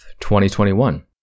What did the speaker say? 2021